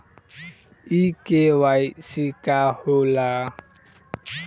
इ के.वाइ.सी का हो ला?